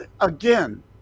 Again